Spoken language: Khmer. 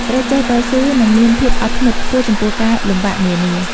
ត្រូវចេះតស៊ូ និងមានភាពអត់ធ្មត់ខ្ពស់ចំពោះការលំបាកនានា។